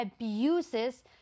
abuses